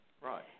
Right